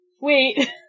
Wait